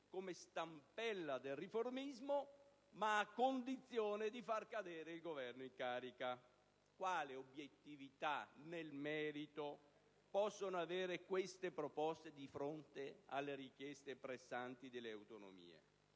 come stampella del riformismo, ma a condizione di far cadere il Governo in carica. Quale obiettività nel merito possono avere queste proposte, di fronte alle richieste pressanti delle autonomie?